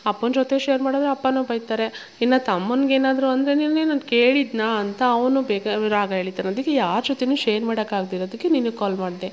ಅಪ್ಪನ ಜೊತೆ ಶೇರ್ ಮಾಡಿದರೆ ಅಪ್ಪನು ಬೈತಾರೆ ಇನ್ನು ತಮ್ಮನಿಗೇನಾದ್ರೂ ಅಂದರೆ ನಿನ್ನೇನು ನಾನು ಕೇಳಿದೆನಾ ಅಂತ ಅವನೂ ಬೇಕಾ ರಾಗ ಎಳೀತಾನೆ ಅದಕ್ಕೆ ಯಾರ ಜೊತೇನೂ ಶೇರ್ ಮಾಡಕ್ಕಾಗದಿರೋದಿಕ್ಕೆ ನಿನಗೆ ಕಾಲ್ ಮಾಡಿದೆ